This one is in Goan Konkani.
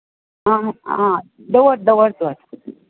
आं आं दवर दवर तर